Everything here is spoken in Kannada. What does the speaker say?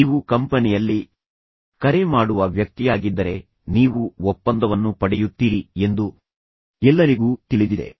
ನೀವು ಕಂಪನಿಯಲ್ಲಿ ಕರೆ ಮಾಡುವ ವ್ಯಕ್ತಿಯಾಗಿದ್ದರೆ ನೀವು ಒಪ್ಪಂದವನ್ನು ಪಡೆಯುತ್ತೀರಿ ಎಂದು ಎಲ್ಲರಿಗೂ ತಿಳಿದಿದೆ